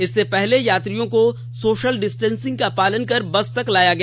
इससे पहले यात्रियों को सोशल डिस्टेंसिंग का पालन कर बस तक लाया गया